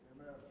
Amen